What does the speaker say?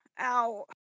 Ow